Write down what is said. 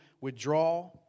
withdraw